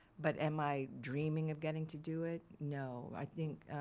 but am i dreaming of getting to do it? no i think